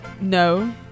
No